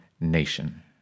nation